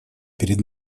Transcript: перед